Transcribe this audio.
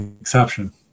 exception